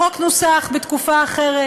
החוק נוסח בתקופה אחרת,